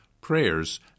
prayers